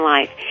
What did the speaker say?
Life